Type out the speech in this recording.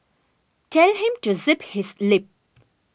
tell him to zip his lip